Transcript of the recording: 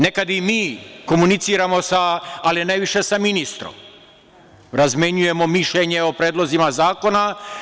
Nekad i mi komuniciramo, ali najviše sa ministrom, razmenjujemo mišljenje o predlozima zakona.